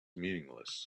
meaningless